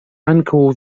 ankaŭ